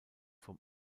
vom